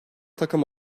takım